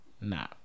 nah